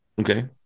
Okay